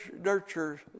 Nurture